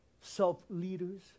self-leaders